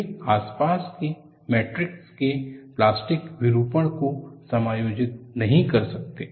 वे आसपास के मैट्रिक्स के प्लास्टिक विरूपण को समायोजित नहीं कर सकते